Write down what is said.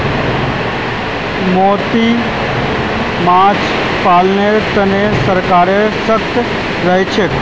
मोती माछ पालनेर तने सरकारो सतर्क रहछेक